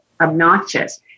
obnoxious